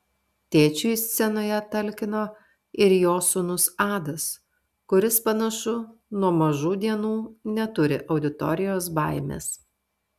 tėčiui scenoje talkino ir jo sūnus adas kuris panašu nuo mažų dienų neturi auditorijos baimės